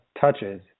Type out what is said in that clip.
touches